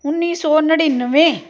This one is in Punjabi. ਉੱਨੀ ਸੌ ਨੜਿਨਵੇਂ